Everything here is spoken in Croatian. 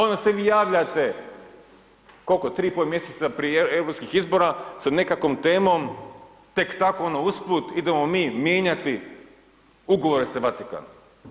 Onda se vi javljate koliko 3 i pol mjeseca prije europskih izbora sa nekakvom temom tek tako, ono usput, idemo mi mijenjati ugovore sa Vatikanom.